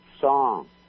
song